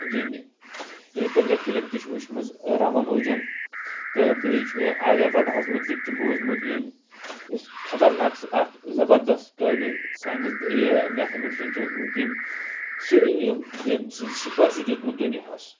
ییٚمہِ یَتھ پٮ۪ٹھ مےٚ فِلم تہِ چھِ وٕچھمٕژ رمَنوجَن تہٕ بیٚیہِ چھُ مےٚ آریا بَٹاہَس مُتعلِق تہِ بوٗزمُت ییٚمہِ یُس خَطرناک اَکھ زَبردس قٲبِل ساینَس یہِ میتھَمیٹِشَن چھُ اوسمُت ییٚمۍ ییٚمۍ صِفَر چھُ دیُتمُت دُنیاہَس